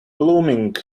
blooming